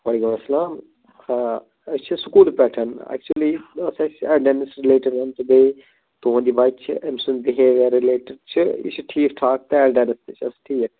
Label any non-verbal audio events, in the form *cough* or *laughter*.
وعلیکُم سلام أسۍ چھِ سُکوٗل پٮ۪ٹھ اٮ۪کچٕوٕلی ٲسۍ اَسہِ اٮ۪ڈَس رٔلیٹِڈَن تہٕ بیٚیہِ تُہٕنٛد یہِ بَچہٕ چھِ أمۍ سُنٛد بِہیوَر رٔلیٹِڈ چھِ یہِ چھِ ٹھیٖک ٹھاک تہٕ *unintelligible* تہٕ چھَس ٹھیٖک